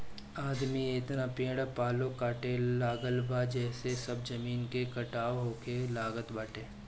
आदमी एतना पेड़ पालो काटे लागल बा जेसे सब जमीन के कटाव होखे लागल बाटे